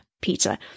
pizza